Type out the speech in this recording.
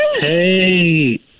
Hey